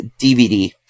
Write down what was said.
DVD